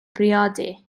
briodi